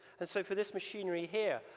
and so for this machinery here,